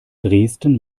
dresden